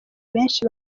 benshi